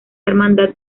hermandad